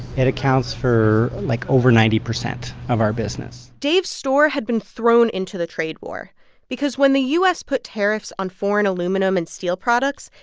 it accounts for, like, over ninety percent of our business dave's store had been thrown into the trade war because when the u s. put tariffs on foreign aluminum and steel products,